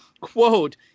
quote